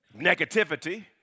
negativity